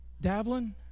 Davlin